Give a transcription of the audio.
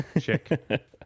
check